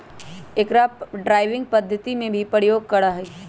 अकरा ड्राइविंग पद्धति में भी प्रयोग करा हई